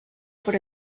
por